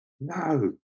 No